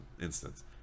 instance